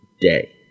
day